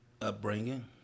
upbringing